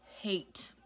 Hate